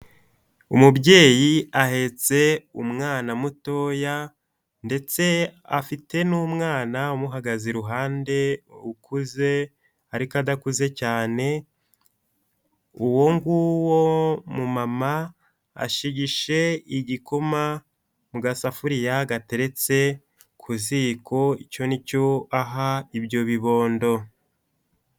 Umubyeyi ahetse umwana mutoya ndetse afite n'umwana umuhagaze iruhande ukuze ariko adakuze cyane, uwo nguwo mu mama ashigeshe igikoma mu gasafuriya gateretse ku ziko, icyo ni cyo aha ibyo bibondo.